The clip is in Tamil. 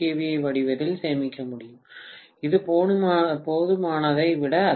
ஏ வடிவத்தில் சேமிக்க முடியும் அது போதுமானதை விட அதிகம்